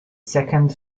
second